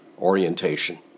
orientation